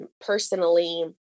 personally